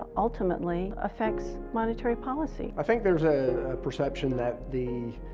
ultimately, affects monetary policy. i think there's a perception that the